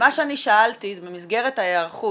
מה שאני שאלתי זה במסגרת ההיערכות.